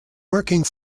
working